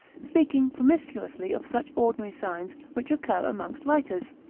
speaking promiscuously of such ordinary signs, which occur amongst writers.